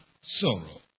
sorrow